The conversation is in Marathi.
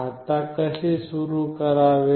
आता कसे सुरू करावे